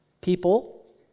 people